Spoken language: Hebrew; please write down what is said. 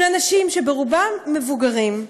של אנשים שברובם הם מבוגרים,